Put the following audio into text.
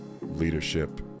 leadership